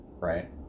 right